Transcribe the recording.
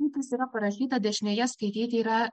tai kas yra parašyta dešinėje skaityti yra